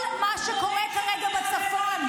רק על מה שקרה בבארי את היית צריכה לדבר.